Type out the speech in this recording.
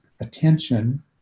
attention